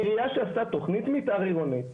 עירייה שעשתה תכנית מתאר עירונית,